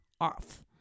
off